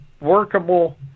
workable